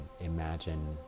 imagine